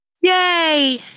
Yay